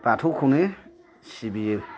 बाथौखौनो सिबियो